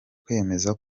kwemeza